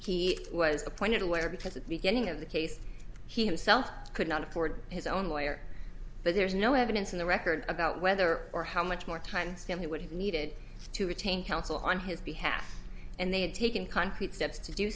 he was appointed a lawyer because the beginning of the case he himself could not afford his own lawyer but there is no evidence in the record about whether or how much more time he would have needed to retain counsel on his behalf and they had taken concrete steps to do